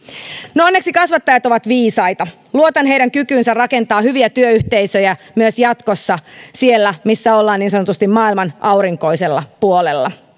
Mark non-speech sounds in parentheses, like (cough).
no onneksi kasvattajat ovat viisaita luotan heidän kykyynsä rakentaa hyviä työyhteisöjä myös jatkossa siellä missä ollaan niin sanotusti maailman aurinkoisella puolella (unintelligible)